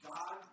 God